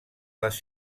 les